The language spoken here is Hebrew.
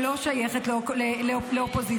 -- ולא שייכת לאופוזיציה.